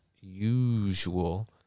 usual